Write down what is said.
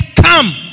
come